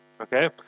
Okay